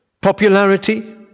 popularity